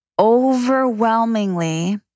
overwhelmingly